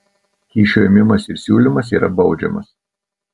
kyšio ėmimas ir siūlymas yra baudžiamas